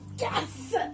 Yes